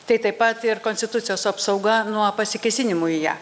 tai taip pat ir konstitucijos apsauga nuo pasikėsinimų į ją